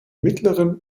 mittleren